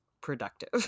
productive